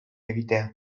egitea